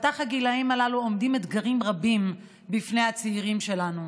בחתך הגילים הזה עומדים אתגרים רבים בפני הצעירים שלנו.